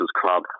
club